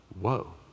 Whoa